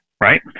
Right